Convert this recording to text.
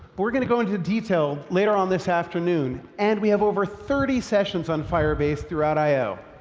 but we're going to go into detail later on this afternoon, and we have over thirty sessions on firebase throughout i o.